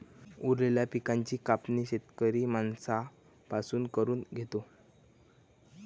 उरलेल्या पिकाची कापणी शेतकरी माणसां पासून करून घेतो